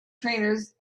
trainers